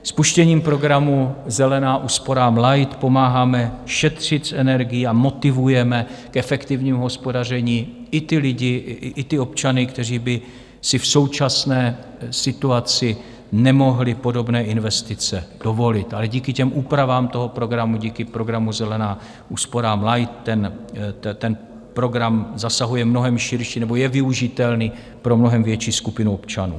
Spuštěním programu Zelená úsporám Light pomáháme šetřit s energií a motivujeme k efektivnímu hospodaření i ty lidi, i ty občany, kteří by si v současné situaci nemohli podobné investice dovolit, ale díky úpravám toho programu, díky programu Zelená úsporám Light, ten program zasahuje mnohem širší, nebo je využitelný pro mnohem větší skupinu občanů.